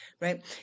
right